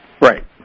Right